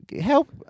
Help